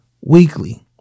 weekly